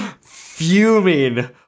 fuming